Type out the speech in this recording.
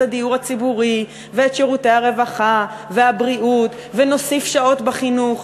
הדיור הציבורי ואת שירותי הרווחה והבריאות ונוסיף שעות בחינוך,